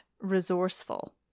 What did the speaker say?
resourceful